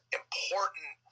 important